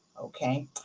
Okay